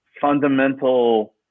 fundamental